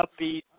upbeat